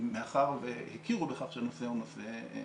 מאחר שהכירו בכך שהנושא הוא נושא חשוב.